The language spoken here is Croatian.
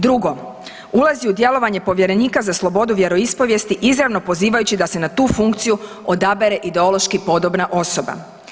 Drugo, ulazi u djelovanje povjerenika za slobodu vjeroispovijesti izravno pozivajući da se na tu funkciju odabere ideološki podobna osoba.